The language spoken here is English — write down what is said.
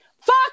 fuck